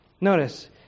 Notice